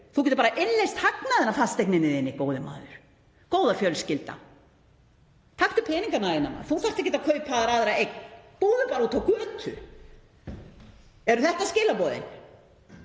þú getur bara innleyst hagnaðinn af fasteigninni þinni, góði maður, góða fjölskylda. Taktu peningana þína, þú þarft ekkert að kaupa þér aðra eign, búðu bara úti á götu. Eru þetta skilaboðin?